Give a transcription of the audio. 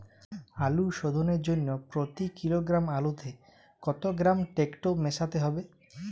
আলু শোধনের জন্য প্রতি কিলোগ্রাম আলুতে কত গ্রাম টেকটো মেশাতে হবে?